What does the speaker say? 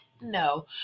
No